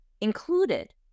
included